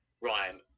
rhyme